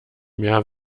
mehr